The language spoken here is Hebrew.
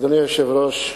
אדוני היושב-ראש,